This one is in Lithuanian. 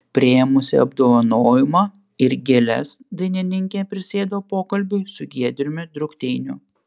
priėmusi apdovanojimą ir gėles dainininkė prisėdo pokalbiui su giedriumi drukteiniu